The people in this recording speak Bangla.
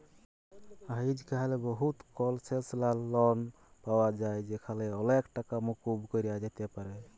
আইজক্যাল বহুত কলসেসলাল লন পাওয়া যায় যেখালে অলেক টাকা মুকুব ক্যরা যাতে পারে